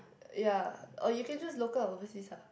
ya or you can choose local or overseas ah